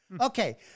Okay